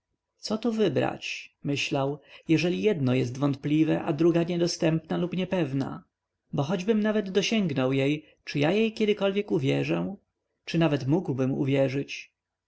co tu wybrać myślał jeżeli jedno jest wątpliwe a druga niedostępna i niepewna bo choćbym nawet dosięgnął jej czy ja jej kiedy uwierzę czy nawet mógłbym uwierzyć